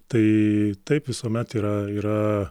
tai taip visuomet yra yra